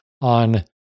on